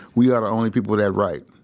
we are the only people that write.